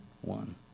one